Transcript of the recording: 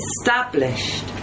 established